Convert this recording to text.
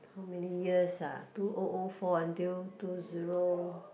how many years uh two O O four until two zero